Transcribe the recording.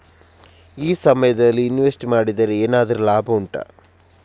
ಈ ಸಮಯದಲ್ಲಿ ಇನ್ವೆಸ್ಟ್ ಮಾಡಿದರೆ ಏನಾದರೂ ಲಾಭ ಉಂಟಾ